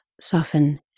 soften